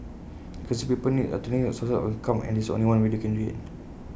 increasingly people need alternative sources of income and this is one way they can do IT